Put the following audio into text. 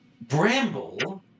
Bramble